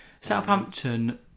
Southampton